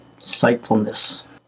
sightfulness